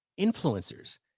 influencers